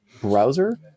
browser